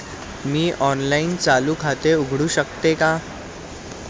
मी online चालू खाते उघडू शकते का?